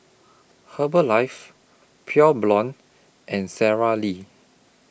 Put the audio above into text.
Herbalife Pure Blonde and Sara Lee